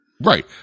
Right